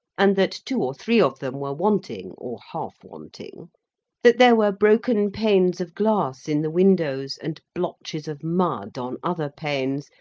and that two or three of them were wanting, or half-wanting that there were broken panes of glass in the windows, and blotches of mud on other panes,